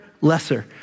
lesser